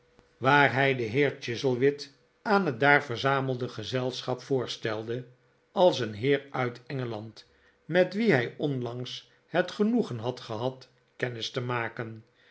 waar hij den heer chuzzlewit aan het daar verzamelde gezelschap voorstelde als een heer uit engeland met wien hij onlangs het genoegen had gehad kennis te maken